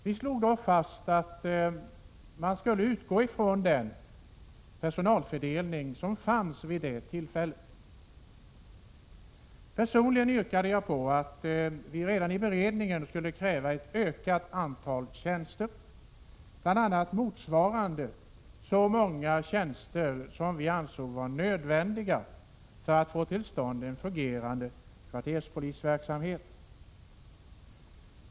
Vi slog fast att man skulle utgå från den personalfördelning som gällde vid det tillfället. Personligen yrkade jag att vi redan i beredningen skulle kräva ett ökat antal tjänster, bl.a. motsvarande så många tjänster som ansågs vara nödvändiga för att få till stånd en fungerande kvarterspolisverksamhet.